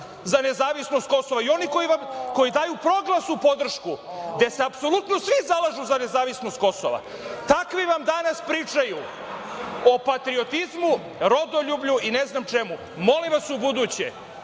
za nezavisnost Kosova i oni koji daju Proglasu podršku, gde se apsolutno svi zalažu za nezavisnost Kosova. Takvi vam danas pričaju o patriotizmu, rodoljublju i ne znam čemu. Molim vas, ubuduće,